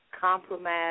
compromise